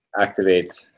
activate